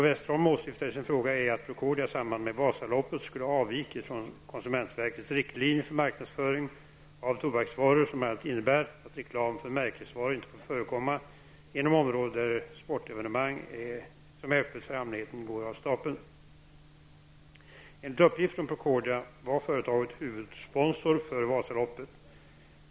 Vad Barbro Westerholm åsyftar i sin fråga är att Enligt uppgift från Procordia var företaget huvudsponsor för Vasaloppet.